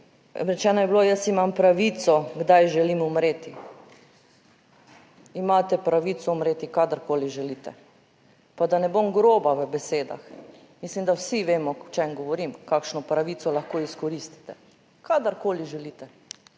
Rečeno je bilo, jaz imam pravico, kdaj želim umreti. Imate pravico umreti kadarkoli želite. Pa da ne bom groba v besedah, mislim, da vsi vemo o čem govorim kakšno pravico lahko izkoristite kadarkoli želite,